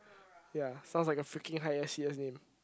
ya sounds like a freaking highest ears name